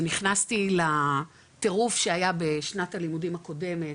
נכנסתי לטירוף שהיה בשנת הלימודים הקודמת,